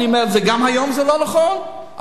וגם היום זה לא נכון,